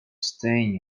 staying